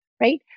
right